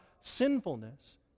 sinfulness